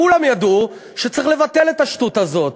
כולם ידעו שצריך לבטל את השטות הזאת.